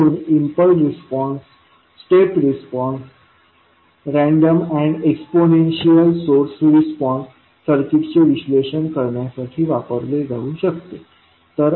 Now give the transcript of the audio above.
म्हणून impulse response step response ramp and exponential source response सर्किटचे विश्लेषण करण्यासाठी वापरले जाऊ शकते